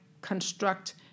construct